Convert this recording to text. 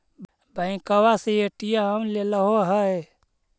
बैंकवा से ए.टी.एम लेलहो है?